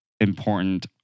important